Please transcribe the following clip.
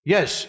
Yes